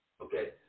Okay